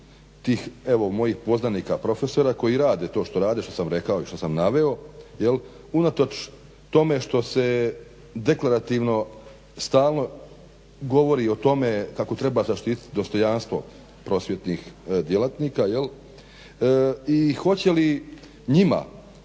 evo mojih poznanika profesora koji rade to što rade to što sam rekao i što sam naveo unatoč tome što se deklarativno stalno govorio o tome kako treba zaštititi dostojanstvo prosvjetnih djelatnika i hoće li njima